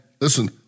listen